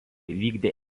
vykdė